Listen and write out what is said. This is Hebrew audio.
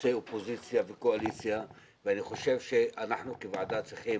חוצה אופוזיציה וקואליציה ואני חושב שאנחנו כוועדה צריכים